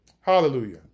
Hallelujah